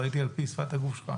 ראיתי על פי שפת הגוף שלך.